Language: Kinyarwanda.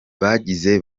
bagize